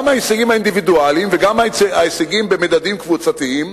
גם ההישגים האינדיבידואליים וגם ההישגים במדדים קבוצתיים,